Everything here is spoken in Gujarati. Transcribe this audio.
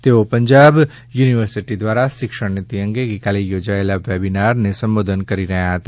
તેઓ પંજાબ યુનિવર્સિટી દ્વારા શિક્ષણ નીતિ અંગે ગઇકાલે યોજાયેલા વેબિનારને સંબોધન કરી રહ્યા હતા